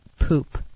poop